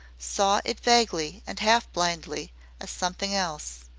saw it vaguely and half blindly as something else.